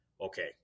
okay